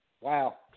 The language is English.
Wow